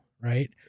Right